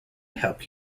help